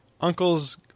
uncle's